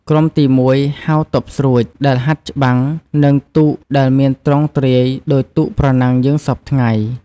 ក្រុមទី១ ហៅ ទ័ពស្រួច ដែលហាត់ច្បាំង និងទូកដែលមានទ្រង់ទ្រាយ ដូចទូកប្រណាំងយើងសព្វថ្ងៃ។